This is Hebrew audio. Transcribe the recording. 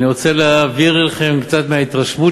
אני רוצה להעביר לכם קצת מההתרשמות